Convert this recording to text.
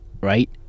right